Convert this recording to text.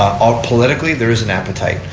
um politically there is an appetite.